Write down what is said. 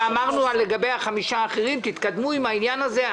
ואמרנו לגבי ה-5 מיליון שקל האחרים שתתקדמו עם העניין הזה.